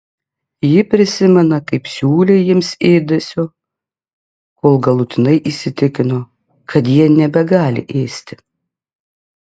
ji prisimena kaip siūlė jiems ėdesio kol galutinai įsitikino kad jie nebegali ėsti